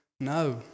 No